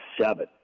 seven